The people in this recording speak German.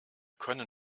können